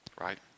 right